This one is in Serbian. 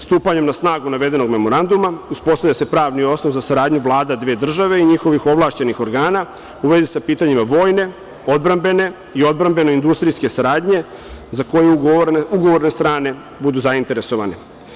Stupanjem na snagu navedenog Memoranduma uspostavlja se pravni osnov za saradnju vlada dveju država i njihovih ovlašćenih organa u vezi sa pitanjima vojne, odbrambene i odbrambeno-industrijske saradnje za koje ugovorne strane budu zainteresovane.